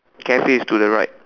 Cafe is to the right